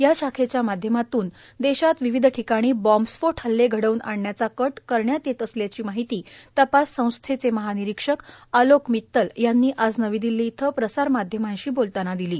या शाखेच्या माध्यमातून विविध ठिकाणी बाम्बस्फोट हल्ले घडव्न आणण्याचा कट करण्यात येत असल्याची माहिती तपास संस्थेचे महानिरीक्षक अलोक मित्तल यांनी आज नवी दिल्ली इथं प्रसार माध्यमांशी बोलतांना दिली